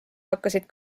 hakkasid